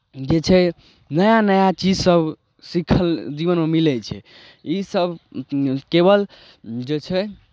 जे छै नया नया चीज सभ सीखय लेल जीवनमे मिलै छै ईसभ केवल जे छै